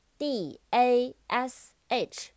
dash